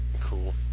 Cool